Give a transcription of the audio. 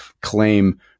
claim